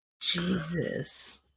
Jesus